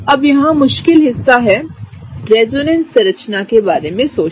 अब यहाँ मुश्किल हिस्सा है रेजोनेंस संरचना के बारे में सोचिए